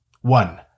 One